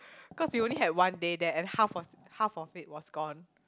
cause you only had one day then and half of half of it was gone